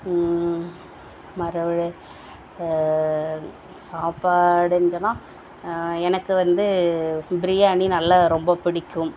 மறுபடி சாப்பாடுனு சொன்னால் எனக்கு வந்து பிரியாணி நல்லா ரொம்ப பிடிக்கும்